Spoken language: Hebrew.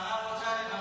השרה רוצה לברך.